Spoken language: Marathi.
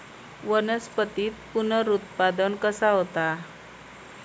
वनस्पतीत पुनरुत्पादन कसा होता?